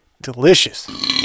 delicious